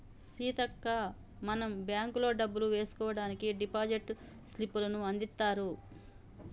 సీతక్క మనం బ్యాంకుల్లో డబ్బులు వేసుకోవడానికి డిపాజిట్ స్లిప్పులను అందిత్తారు